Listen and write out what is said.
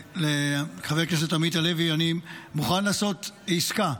חבר הכנסת עמית הלוי, אני מוכן לעשות עסקה.